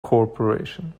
corporation